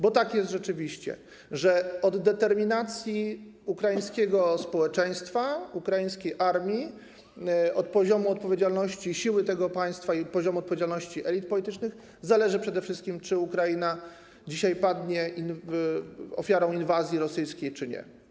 Bo tak jest rzeczywiście, że od determinacji ukraińskiego społeczeństwa, ukraińskiej armii, od siły tego państwa i poziomu odpowiedzialności elit politycznych zależy przede wszystkim to, czy Ukraina dzisiaj padnie ofiarą inwazji rosyjskiej, czy nie.